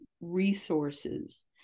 resources